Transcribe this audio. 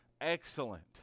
excellent